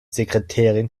sekretärin